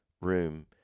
room